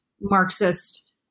Marxist